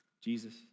Jesus